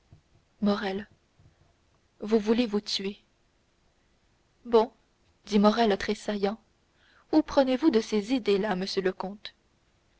morrel vous voulez vous tuer bon dit morrel tressaillant où prenez-vous de ces idées-là monsieur le comte